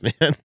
man